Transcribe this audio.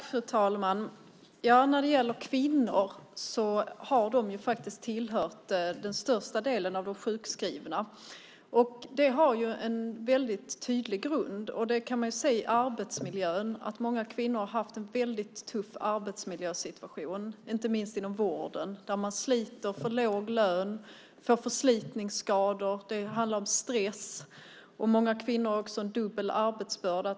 Fru talman! Kvinnor har utgjort den största delen av de sjukskrivna. Det har en tydlig grund. Man kan se i arbetsmiljön att många kvinnor har haft en mycket tuff arbetsmiljösituation, inte minst inom vården där man sliter för låg lön, får förslitningsskador och utsätts för stress. Många kvinnor har också en dubbel arbetsbörda.